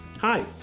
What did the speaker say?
Hi